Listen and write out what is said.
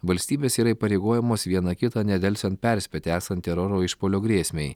valstybės yra įpareigojamos viena kitą nedelsiant perspėti esant teroro išpuolio grėsmei